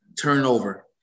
turnover